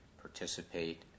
participate